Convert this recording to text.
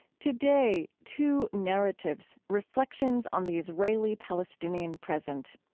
today, two narratives reflections on the israeli-palestinian present.